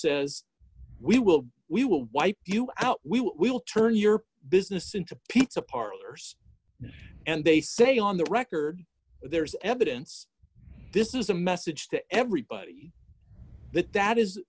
says we will we will wipe you out we will turn your business into pizza parlors and they say on the record there is evidence this is a message to everybody that that is